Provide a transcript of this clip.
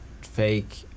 fake